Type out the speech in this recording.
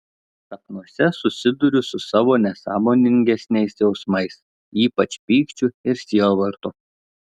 sapnuose susiduriu su savo nesąmoningesniais jausmais ypač pykčiu ir sielvartu